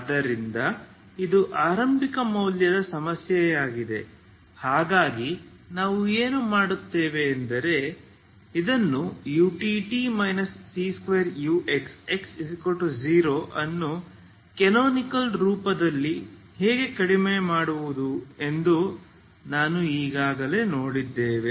ಆದ್ದರಿಂದ ಇದು ಆರಂಭಿಕ ಮೌಲ್ಯದ ಸಮಸ್ಯೆಯಾಗಿದೆ ಹಾಗಾಗಿ ನಾವು ಏನು ಮಾಡುತ್ತೇವೆ ಎಂದರೆ ಇದನ್ನು utt c2uxx0 ಅನ್ನು ಕ್ಯಾನೊನಿಕಲ್ ರೂಪದಲ್ಲಿ ಹೇಗೆ ಕಡಿಮೆ ಮಾಡುವುದು ಎಂದು ನಾವು ಈಗಾಗಲೇ ನೋಡಿದ್ದೇವೆ